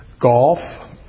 golf